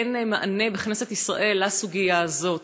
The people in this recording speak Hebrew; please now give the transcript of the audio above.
אין מענה בכנסת ישראל לסוגיה הזאת.